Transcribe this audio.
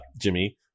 Jimmy